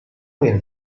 will